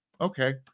Okay